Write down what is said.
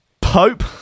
Pope